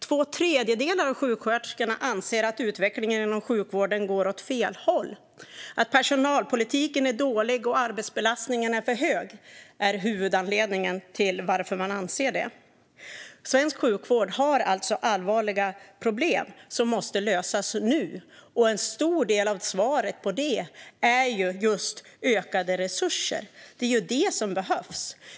Två tredjedelar av sjuksköterskorna anser att utvecklingen inom sjukvården går åt fel håll. Att personalpolitiken är dålig och arbetsbelastningen för hög är huvudanledningen till att man anser det. Svensk sjukvård har alltså allvarliga problem som måste lösas nu. En stor del av svaret på det är just ökade resurser. Det är ju det som behövs.